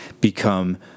become